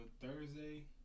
Thursday